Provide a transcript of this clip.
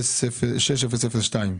בתוכנית 6002,